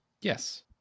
Yes